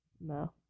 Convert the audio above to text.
No